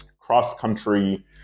cross-country